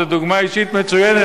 זו דוגמה אישית מצוינת,